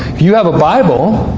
you have a bible,